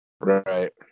Right